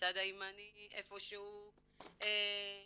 הצד הימני איפה שהוא נטש,